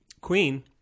queen